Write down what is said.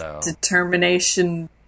Determination